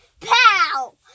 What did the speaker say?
Pow